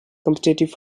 competitive